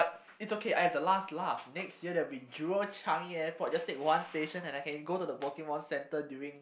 it's okay I have the last laugh next year there will be Jewel Changi-Airport just take one station and I can go to the Pokemon center during